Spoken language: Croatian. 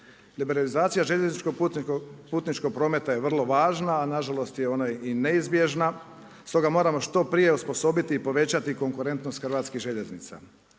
Liberalizacija željezničkog putničkog prometa je vrlo važna, a nažalost je ona i neizbježna stoga moramo što prije osposobiti i povećati konkurentnost hrvatskih željeznica.